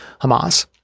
Hamas